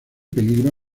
peligro